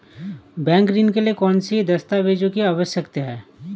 Bank ऋण के लिए कौन से दस्तावेजों की आवश्यकता है?